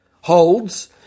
holds